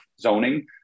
zoning